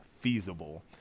feasible